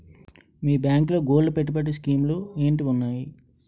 మీ బ్యాంకులో గోల్డ్ పెట్టుబడి స్కీం లు ఏంటి వున్నాయి?